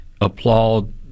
applaud